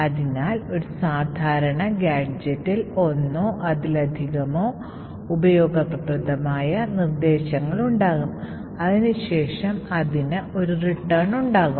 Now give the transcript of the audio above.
അതിനാൽ ഒരു സാധാരണ ഈ ഗാഡ്ജെറ്റിൽ ഒന്നോ അതിലധികമോ ഉപയോഗപ്രദമായ നിർദ്ദേശങ്ങൾ ഉണ്ടാകും അതിനുശേഷം അതിന് ഒരു തിരിച്ചുവരവ് ഉണ്ടാകും